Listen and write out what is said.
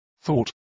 thought